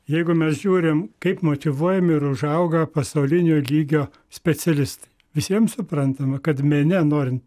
jeigu mes žiūrim kaip motyvuojami ir užauga pasaulinio lygio specialistai visiems suprantama kad mene norint